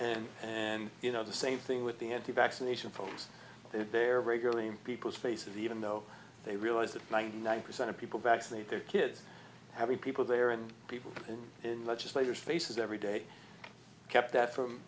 and and you know the same thing with the n t vaccination programs if they are regularly in people's faces even though they realize that ninety nine percent of people vaccinate their kids having people there and people in legislators faces every day kept that from